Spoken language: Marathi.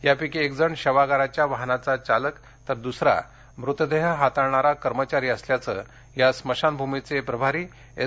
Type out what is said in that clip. यापैकी एकजण शवागाराच्या वाहनाचा चालक तर दुसरा मृतदेह हाताळणार कर्मचारी असल्याचं या स्मशानभूमीचे प्रभारी एस